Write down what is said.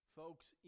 folks